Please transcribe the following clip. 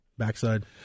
backside